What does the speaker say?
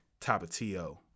Tapatio